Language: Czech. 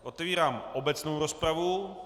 Otevírám obecnou rozpravu.